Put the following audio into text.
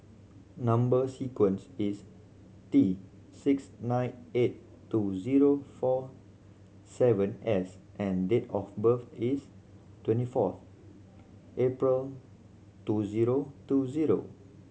number sequence is T six nine eight two zero four seven S and date of birth is twenty four April two zero two zero